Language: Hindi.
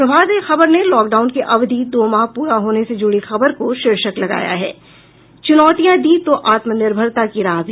प्रभात खबर ने लॉकडाउन की अवधि दो माह पूरा होने से जुड़ी खबर का शीर्षक लगाया है चुनौतियां दीं तो आत्मनिर्भरता की राह भी